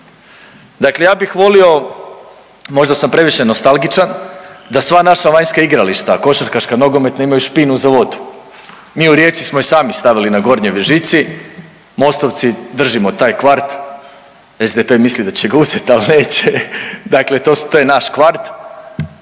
Dakle ja bih volio, možda sam previše nostalgičan, da sva naša vanjska igrališta, košarkaška, nogometna, imaju špinu za vodu. Mi u Rijeci smo i sami stavili na Gornjoj Vežici, mostovci, držimo taj kvart, SDP misli da će ga uzeti, ali neće, dakle to je naš kvart